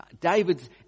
David's